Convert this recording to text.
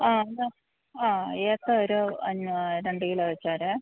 ആ എന്താണ് ആ ഏത്ത ഒരു അഞ്ഞ രണ്ട് കിലോ വെച്ചേരേ